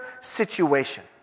situation